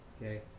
Okay